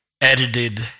edited